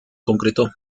concretó